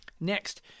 Next